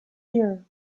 here